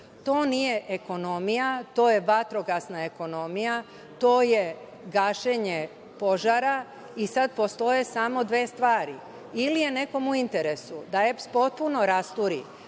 nije ekonomija. To je vatrogasna ekonomija. To je gašenje požara i sada postoje samo dve stvari - ili je nekom u interesu da EPS potpuno rasturi